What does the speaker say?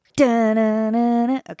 Okay